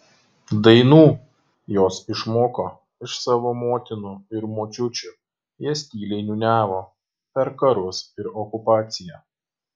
dainų jos išmoko iš savo motinų ir močiučių jas tyliai niūniavo per karus ir okupaciją